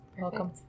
Welcome